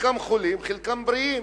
חלקם חולים, חלקם בריאים.